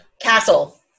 Castle